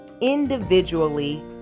individually